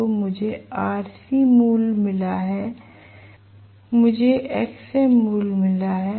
तो मुझे Rc मूल्य मिला है मुझे Xm मूल्य मिला है